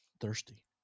thirsty